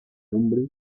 hombre